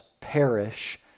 perish